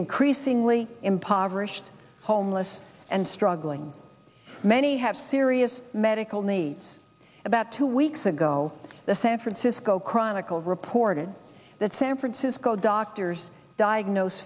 increasingly impoverished homeless and struggling many have serious medical needs about two weeks ago the san francisco chronicle reported that san francisco doctors diagnose